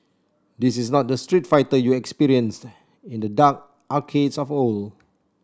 this is not the Street Fighter you experienced in the dark arcades of old